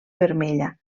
vermella